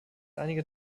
einige